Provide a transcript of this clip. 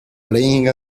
playing